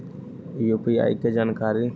UPI के जानकारी?